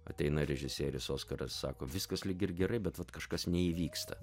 ateina režisierius oskaras sako viskas lyg ir gerai bet vat kažkas neįvyksta